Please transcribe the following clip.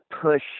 push